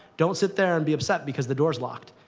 don't sit there and be upset because the door's locked.